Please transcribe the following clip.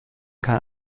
kann